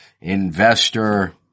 investor